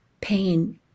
pain